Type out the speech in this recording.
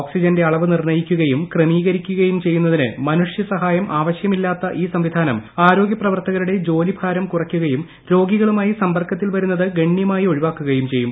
ഓക്സിജന്റെ അളവ് നിർണയിക്കുകയും ക്രമീകരിക്കുകയും ചെയ്യുന്നതിന് മനുഷ്യ സഹായം ആവശ്യമില്ലാത്ത ഈ സംവിധാനം ആരോഗ്യ പ്രവർത്തകരുടെ ജോലിഭാരം കുറയ്ക്കുകയും രോഗികളുമായി സമ്പർക്കത്തിൽ വരുന്നത് ഗണ്വമായി ഒഴിവാക്കുകയും ചെയ്യും